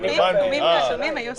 באזורים כתומים ואדומים היו סגורות.